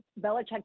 Belichick